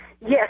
Yes